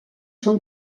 són